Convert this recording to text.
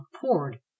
poured